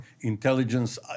intelligence